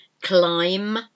Climb